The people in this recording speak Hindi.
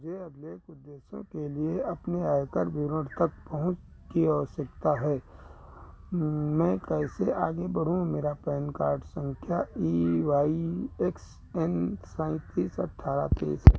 मुझे अपने उद्देश्यों के लिए अपने आयकर विवरण तक पहुँच की आवश्यकता है मैं कैसे आगे बढूँ मेरा पैन कार्ड सँख्या ई वाई एक्स एन सैँतीस अठ्ठारह तेइस है